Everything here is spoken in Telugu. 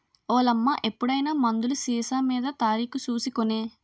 ఓలమ్మా ఎప్పుడైనా మందులు సీసామీద తారీకు సూసి కొనే